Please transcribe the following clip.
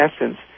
essence